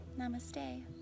Namaste